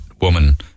woman